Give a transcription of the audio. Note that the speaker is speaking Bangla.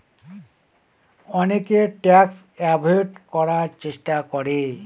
অনেকে ট্যাক্স এভোয়েড করার চেষ্টা করে